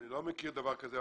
אני לא מכיר דבר כזה,